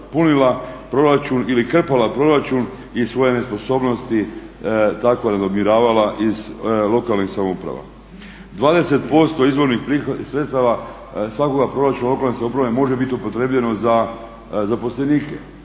punila proračun ili krpala proračun iz svoje nesposobnosti tako …/Govornik se ne razumije./… iz lokalnih samouprava. 20% izvornih sredstava svakoga proračuna lokalne samouprave može biti upotrijebljeno za zaposlenike.